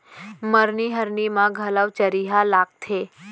मरनी हरनी म घलौ चरिहा लागथे